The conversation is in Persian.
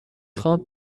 خوام